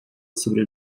sobre